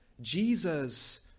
Jesus